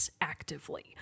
actively